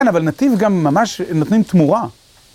כן, אבל נתיב גם ממש נותנים תמורה.